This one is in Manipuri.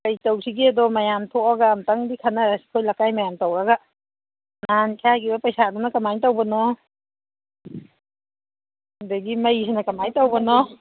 ꯀꯔꯤ ꯇꯧꯁꯤꯒꯦꯗꯣ ꯃꯌꯥꯝ ꯊꯣꯛꯑꯒ ꯑꯝꯇꯪꯗꯤ ꯈꯟꯅꯔꯁꯤ ꯑꯩꯈꯣꯏ ꯂꯩꯀꯥꯏ ꯃꯌꯥꯝ ꯇꯧꯔꯒ ꯅꯍꯥꯟ ꯈꯥꯏꯒꯤꯕ ꯄꯩꯁꯥꯗꯨꯅ ꯀꯃꯥꯏ ꯇꯧꯕꯅꯣ ꯑꯗꯒꯤ ꯃꯩꯁꯤꯅ ꯀꯃꯥꯏ ꯇꯧꯕꯅꯣ